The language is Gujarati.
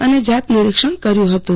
અને જાત નિરીક્ષણ કર્યું હતું